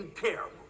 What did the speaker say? terrible